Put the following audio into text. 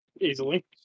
easily